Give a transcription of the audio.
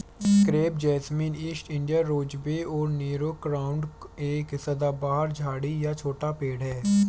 crepe jasmine, East India rosebay और Nero crown एक सदाबहार झाड़ी या छोटा पेड़ है